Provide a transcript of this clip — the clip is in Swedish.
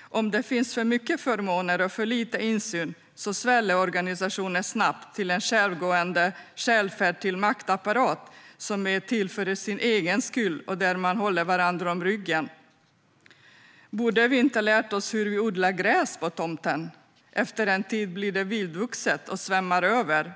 Om det finns för mycket förmåner och för lite insyn sväller organisationen snabbt till en självgående maktapparat som är till för sin egen skull och där man håller varandra om ryggen. Borde vi inte ha lärt oss hur vi odlar gräs på tomten? Efter en tid blir det vildvuxet och svämmar över.